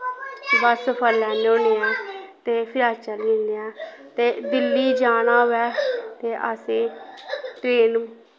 बस्स फड़ी लैन्ने होन्ने आं ते फिर अस चली जन्ने होन्ने आं ते दिल्ली जाना होऐ ते असें ट्रेन